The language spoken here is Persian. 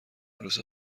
عروس